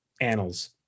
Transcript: annals